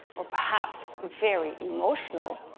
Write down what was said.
or perhaps very emotional?